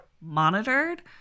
monitored